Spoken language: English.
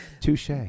Touche